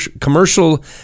commercial